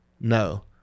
no